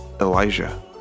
elijah